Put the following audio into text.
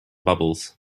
bubbles